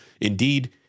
indeed